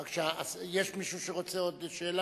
יש מישהו שרוצה עוד שאלה?